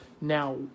Now